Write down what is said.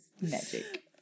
Magic